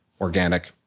organic